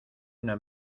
una